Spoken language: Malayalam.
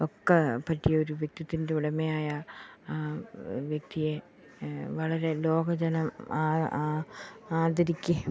ഒക്കെ പറ്റിയൊരു വ്യക്തിത്വത്തിൻ്റെ ഉടമയായ ആ വ്യക്തിയെ വളരെ ലോക ജനം ആദരിക്കുകയും